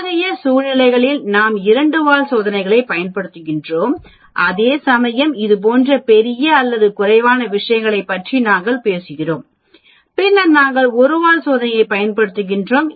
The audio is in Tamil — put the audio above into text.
இத்தகைய சூழ்நிலைகளில் நாம் இரண்டு வால் சோதனையைப் பயன்படுத்துகிறோம் அதேசமயம் இது போன்ற பெரிய அல்லது குறைவான விஷயங்களைப் பற்றி நாங்கள் பேசுகிறோம் பின்னர் நாங்கள் ஒரு வால் சோதனையைப் பயன்படுத்துகிறோம்